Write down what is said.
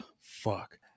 fuck